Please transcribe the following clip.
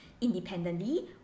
independently